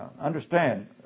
Understand